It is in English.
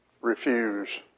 refuse